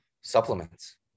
supplements